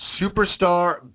superstar